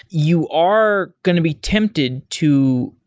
you are going to be tempted to,